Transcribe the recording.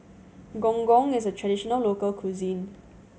Gong Gong is a traditional local cuisine